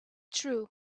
true